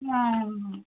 अँ